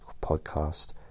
podcast